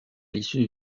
l’issue